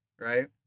right